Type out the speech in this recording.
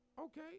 Okay